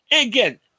again